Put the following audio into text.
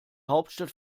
hauptstadt